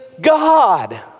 God